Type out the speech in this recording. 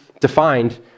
defined